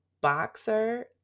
boxer